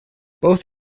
both